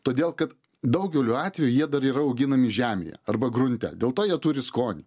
todėl kad daugeliu atveju jie dar yra auginami žemėje arba grunte dėl to jie turi skonį